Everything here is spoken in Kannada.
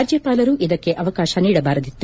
ರಾಜ್ಯಪಾಲರು ಇದಕ್ಕೆ ಅವಕಾಶ ನೀಡಬಾರದಿತ್ತು